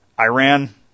Iran